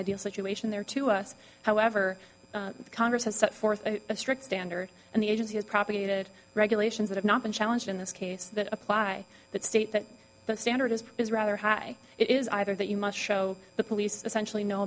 ideal situation there to us however congress has set forth a strict standard and the agency has propagated regulations that have not been challenged in this case that apply that state that the standard is is rather high it is either that you must show the police essentially know